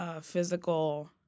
physical